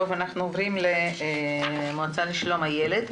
אנחנו עוברים למנכ"לית ה מועצה לשלום הילד.